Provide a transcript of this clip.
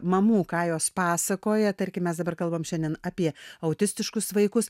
mamų ką jos pasakoja tarkim mes dabar kalbam šiandien apie autistiškus vaikus